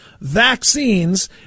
vaccines